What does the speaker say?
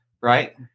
Right